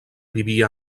vivia